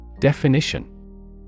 Definition